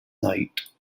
night